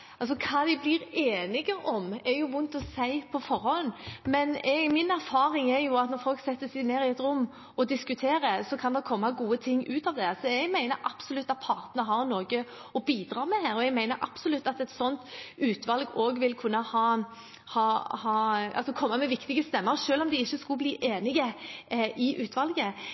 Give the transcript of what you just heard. Hva de blir enige om, er vanskelig å si på forhånd, men min erfaring er at når folk setter seg ned i et rom og diskuterer, kan det komme gode ting ut av det. Så jeg mener absolutt at partene har noe å bidra med her, og jeg mener absolutt at et slikt utvalg også vil kunne komme med viktige stemmer selv om de ikke skulle bli enige i utvalget.